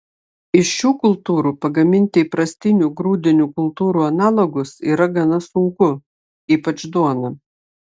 iš šių kultūrų pagaminti įprastinių grūdinių kultūrų analogus yra gana sunku ypač duoną